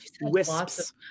wisps